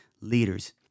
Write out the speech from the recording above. leaders